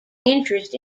interest